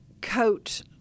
coat